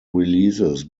releases